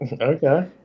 Okay